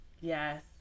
Yes